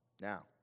now